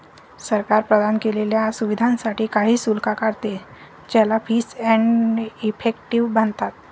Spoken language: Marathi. सरकार प्रदान केलेल्या सुविधांसाठी काही शुल्क आकारते, ज्याला फीस एंड इफेक्टिव म्हणतात